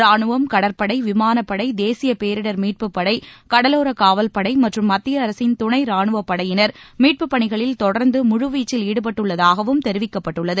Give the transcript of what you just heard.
ராணுவம் கடற்படை விமானப்படை தேசிய பேரிடர் மீட்புப்படை கடலோரக் காவல்படை மற்றும் மத்திய அரசின் துணை ரானுவப் படையினர் மீட்புப் பணிகளில் தொடர்ந்து முழுவீச்சில் ஈடுபட்டுள்ளதாகவும் தெரிவிக்கப்பட்டுள்ளது